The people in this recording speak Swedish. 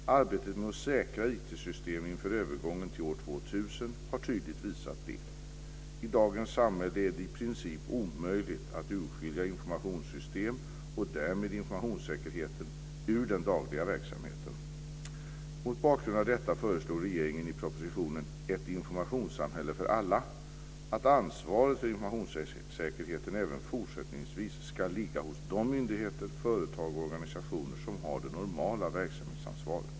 Arbetet med att säkra IT-system inför övergången till år 2000 har tydligt visat detta. I dagens samhälle är det i princip omöjligt att urskilja informationssystem och därmed informationssäkerheten ur den dagliga verksamheten. Mot bakgrund av detta föreslog regeringen i propositionen Ett informationssamhälle för alla att ansvaret för informationssäkerheten även fortsättningsvis ska ligga hos de myndigheter, företag och organisationer som har det normala verksamhetsansvaret.